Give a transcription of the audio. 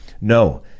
No